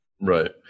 Right